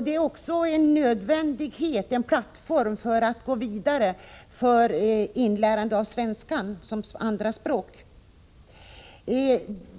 Det är också en nödvändig plattform för att gå vidare med inlärandet av svenska som andra språk.